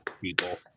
people